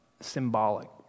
symbolic